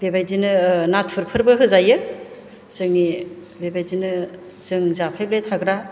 बेबायदिनो नाथुरफोरबो होजायो जोंनि बेबायदिनो जों जाफेरबाय थाग्रा